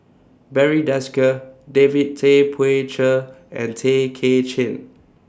Barry Desker David Tay Poey Cher and Tay Kay Chin